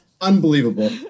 Unbelievable